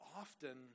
often